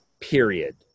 period